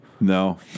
No